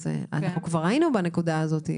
כבר היינו בנקודה הזאת.